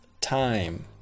time